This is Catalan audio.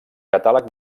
catàleg